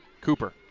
Cooper